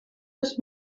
des